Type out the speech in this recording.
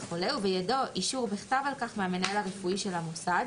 החולה ובידו אישור בכתב על כך מהמנהל הרפואי של המוסד